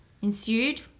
ensued